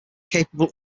capable